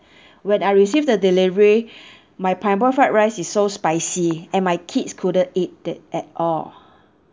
when I received the delivery my pineapple fried rice is so spicy and my kids couldn't eat it at all